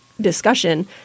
discussion